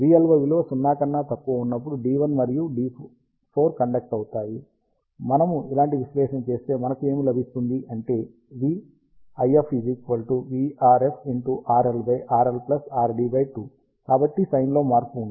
vLO విలువ 0 కన్నా తక్కువగా ఉన్నప్పుడు D1 మరియు D4 కండక్ట్ అవుతాయి మనము ఇలాంటి విశ్లేషణ చేస్తే మరియు మనకు ఏమి లభిస్తుంది అంటే కాబట్టి సైన్ లో మార్పు ఉంది